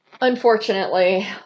Unfortunately